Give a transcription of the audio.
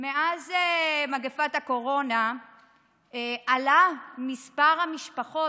מאז מגפת הקורונה עלה מספר המשפחות